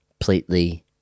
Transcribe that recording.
Completely